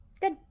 Good